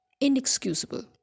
inexcusable